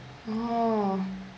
oh